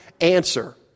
answer